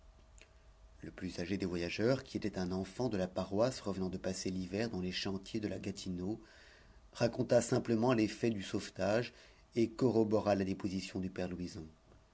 le plus âgé des voyageurs qui était un enfant de la paroisse revenant de passer l'hiver dans les chantiers de la gatineau raconta simplement les faits du sauvetage et corrobora la déposition du père louison